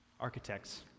architects